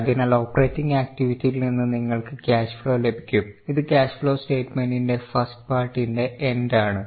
അതിനാൽ ഓപ്പറേറ്റിങ് ആക്റ്റിവിറ്റിയിൽ നിന്ന് നിങ്ങൾക്ക് ക്യാഷ് ഫ്ലോ ലഭിക്കും ഇത് ക്യാഷ് ഫ്ലോ സ്റ്റയ്റ്റ്മെൻറ്റിന്റെ ഫസ്റ്റ് പാർട്ടിന്റെ എൻഡ് ആണ്